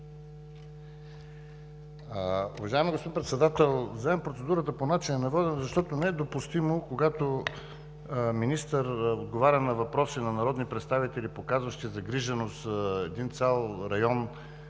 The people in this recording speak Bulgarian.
Уважаеми господин Председател. Вземам процедура по начина на водене, защото е недопустимо когато министър отговаря на въпроси на народни представители, показващи загриженост за един цял район,